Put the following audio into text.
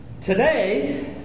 today